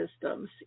systems